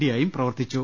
ഡിയായും പ്രവർത്തിച്ചു